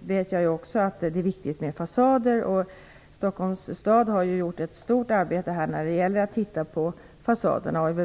vet också att det är viktigt med fasader. Stockholms stad har gjort ett stort arbete när det gäller att titta på fasaderna.